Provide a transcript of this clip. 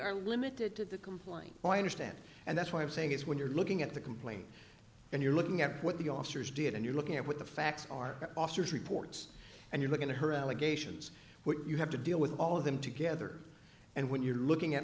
are limited to the complaint weiner stand and that's what i'm saying is when you're looking at the complaint and you're looking at what the officers did and you're looking at what the facts are officers reports and you look into her allegations what you have to deal with all of them together and when you're looking at